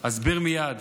אסביר מייד.